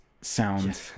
sound